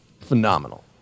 phenomenal